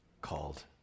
called